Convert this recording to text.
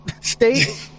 State